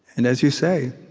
and as you say,